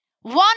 One